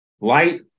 Light